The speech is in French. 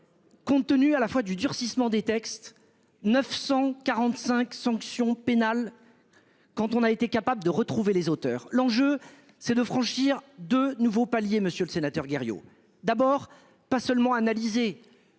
Compte tenu à la fois du durcissement des textes 945 sanction pénale. Quand on a été capable de retrouver les auteurs, l'enjeu c'est de franchir de nouveaux paliers, Monsieur le Sénateur Guerriau d'abord pas seulement analyser